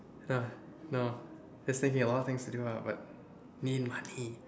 uh no he say he have a lot of things to do ah but need money